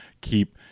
keep